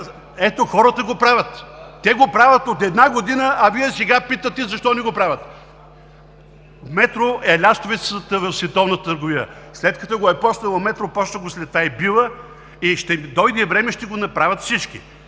Ето, хората го правят! Те го правят от една година, а Вие сега питате защо не го правят? „Метро“ е лястовицата в световната търговия. След като го започна „Метро“, започна го след това и „Билла“ и ще дойде време, ще го направят всички.